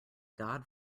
god